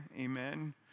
amen